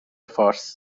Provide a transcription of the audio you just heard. فارس